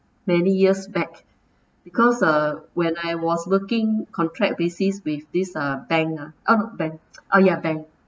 many years back because uh when I was working contract basis with this uh bank ah uh bank ah ya bank